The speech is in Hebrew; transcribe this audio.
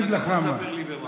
ספר לי במה.